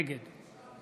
נגד